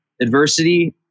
Adversity